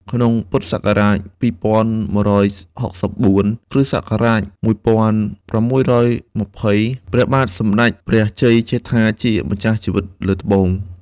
ក្នុងពុទ្ធសករាជ ២១៦៤ គ្រិស្តសករាជ ១៦២០ ព្រះបាទសម្ដេចព្រះជ័យជេជ្ឋាជាម្ចាស់ជីវិតលើត្បូង